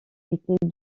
étaient